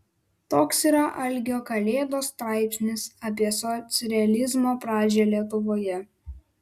toks yra algio kalėdos straipsnis apie socrealizmo pradžią lietuvoje